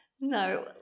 No